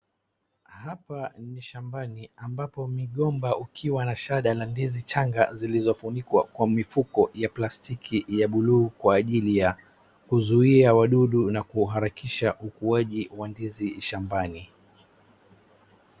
Hapa ni shambani ambapo migomba ukiwa na shada za ndizi changa zilizofunikwa kwa mifuko ya plastiki ya buluu kwa ajili ya kuzuia wadudu na kuharakisha ukuaji wa ndizi shambani.